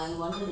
mm